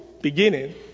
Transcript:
beginning